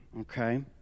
Okay